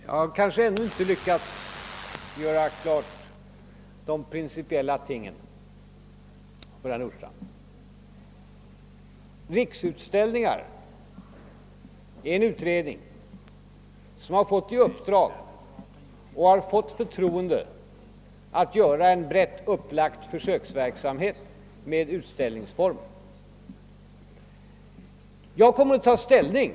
Herr talman! Jag har tydligen ännu inte lyckats göra de principiella synpunkterna riktigt klara för herr Nordstrandh. Riksutställningar är en utredning som har fått uppdraget och förtroendet att genomföra en brett upplagd försöksverksamhet med olika former av utställningar.